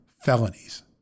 felonies